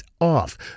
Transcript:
off